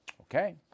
Okay